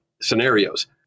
scenarios